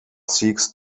seeks